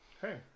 Hey